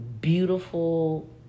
beautiful